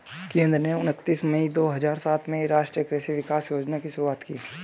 केंद्र ने उनतीस मई दो हजार सात में राष्ट्रीय कृषि विकास योजना की शुरूआत की